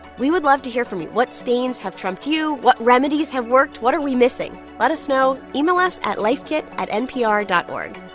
we would love to hear from you. what stains have trumped you? what remedies have worked? what are we missing? let us know. email us at lifekit at npr dot o